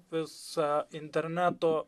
visą interneto